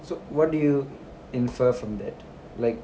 so what do you infer from that like